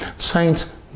Saints